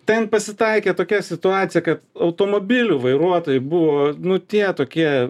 ten pasitaikė tokia situacija kad automobilių vairuotojai buvo nu tie tokie